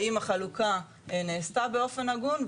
האם החלוקה נעשתה באופן הגון,